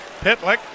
Pitlick